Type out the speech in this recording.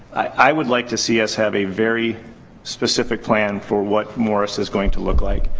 i would like to see us have a very specific plan for what morris is going to look like.